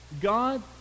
God